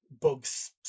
Bugs